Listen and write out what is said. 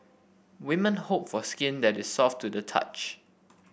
women hope for skin that is soft to the touch